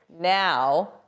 Now